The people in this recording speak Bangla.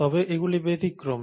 তবে এগুলি ব্যতিক্রম